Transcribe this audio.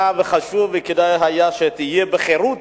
היה חשוב, וכדאי היה שתהיה בחרות,